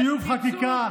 בטיוב חקיקה,